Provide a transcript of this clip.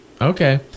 Okay